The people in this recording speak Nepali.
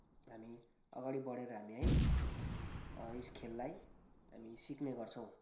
हामी अगाडि बढेर हामी है यस खेललाई हामी सिक्नेगर्छौँ